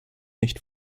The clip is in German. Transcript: nicht